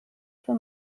für